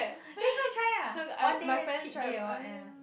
let's go and try ah one day ah cheat day or what and